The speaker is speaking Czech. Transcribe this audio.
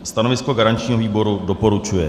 Stanovisko garančního výboru: doporučuje.